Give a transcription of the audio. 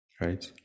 Right